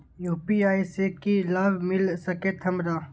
UPI से की लाभ मिल सकत हमरा?